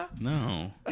No